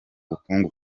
bukungu